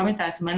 גם את ההטמנה,